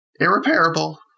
irreparable